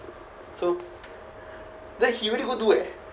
so then he really go do eh